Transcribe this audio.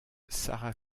sara